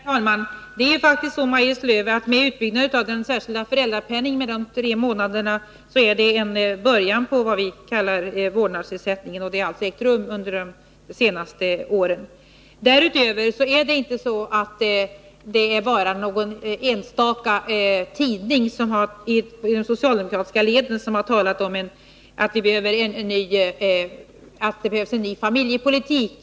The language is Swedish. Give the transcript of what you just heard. Herr talman! Helt kort! Det är faktiskt så, Maj-Lis Lööw, att utbyggnaden av den särskilda föräldrapenningen med tre månader är en början på vad vi kallar vårdnadsersättning; en sådan har alltså ägt rum under de senaste åren. Det är inte bara någon enstaka tidning i de socialdemokratiska leden som har talat om att det behövs en ny familjepolitik.